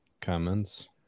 comments